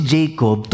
Jacob